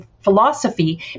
philosophy